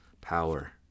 power